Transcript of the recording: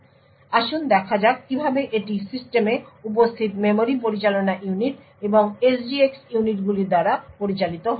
সুতরাং আসুন দেখ যাক কিভাবে এটি সিস্টেমে উপস্থিত মেমরি পরিচালনা ইউনিট এবং SGX ইউনিটগুলির দ্বারা পরিচালিত হয়